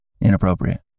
Inappropriate